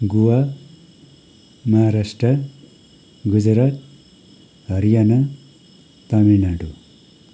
Goa Maharashtra Gujarat Haryana Tamil Nadu